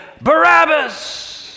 Barabbas